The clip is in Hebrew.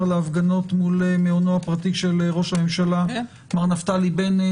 להפגנות מול מעונות הפרטי של ראש הממשלה מר נפתלי בנט,